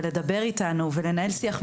לדבר איתנו ולנהל שיח.